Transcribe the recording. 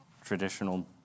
traditional